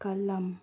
ꯀꯂꯝ